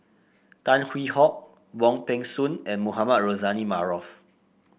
Tan Hwee Hock Wong Peng Soon and Mohamed Rozani Maarof